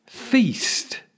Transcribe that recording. Feast